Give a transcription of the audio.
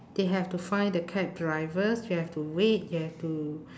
they have to find the cab drivers you have to wait you have to